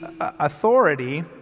authority